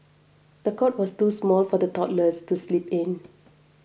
the cot was too small for the toddlers to sleep in